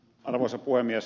arvoisa puhemies